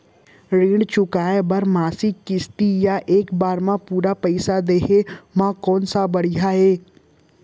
ऋण चुकोय बर मासिक किस्ती या एक बार म पूरा पइसा देहे म कोन ह बढ़िया हे?